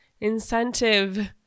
incentive